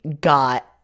got